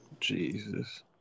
Jesus